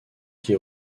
qui